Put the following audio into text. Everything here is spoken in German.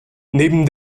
neben